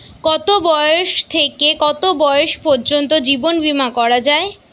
কতো বয়স থেকে কত বয়স পর্যন্ত জীবন বিমা করা যায়?